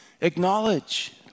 acknowledge